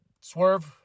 Swerve